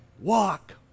walk